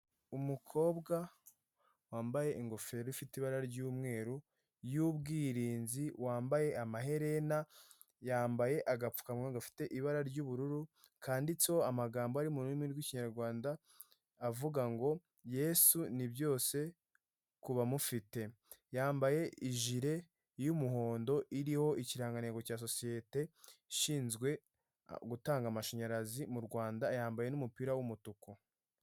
Umukobwa wambaye ingofero ifite ibara ry'umweru y'ubwirinzi wambaye amaherena yambaye agapfukawa gafite ibara ry'ubururu kanditseho amagambo ari mu rurimi rw'ikinyarwanda avuga ngo ''yesu ni byose kubamufite''. Yambaye ijire y'umuhondo iriho ikirangantego cya sosiyete ishinzwe gutanga amashanyarazi mu Rwanda yambaye n'umupira w'umutuku.